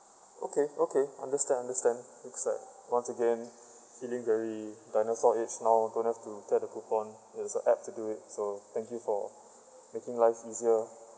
okay okay understand understand looks like once again feeling very dinosaurs age now don't have to tear a coupon there's a app to do it so thank you for making life easier